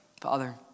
Father